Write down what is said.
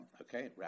okay